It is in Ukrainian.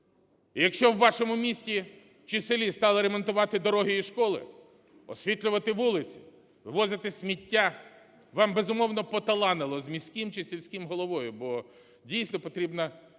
якщо у вашому місті чи селі стали ремонтувати дороги і школи, освітлювати вулиці, вивозити сміття, вам, безумовно, поталанило з міським чи сільським головою. Бо, дійсно, потрібна кмітлива